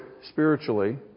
spiritually